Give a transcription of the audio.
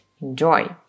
Enjoy